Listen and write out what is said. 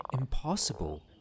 impossible